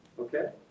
Okay